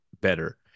better